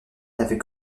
n’avait